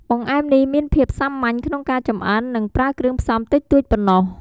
បង្អែមនេះមានភាពសាមញ្ញក្នុងការចម្អិន និងប្រើគ្រឿងផ្សំតិចតួចប៉ុណ្ណោះ។